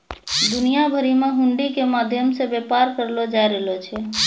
दुनिया भरि मे हुंडी के माध्यम से व्यापार करलो जाय रहलो छै